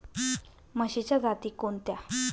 म्हशीच्या जाती कोणत्या?